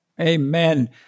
Amen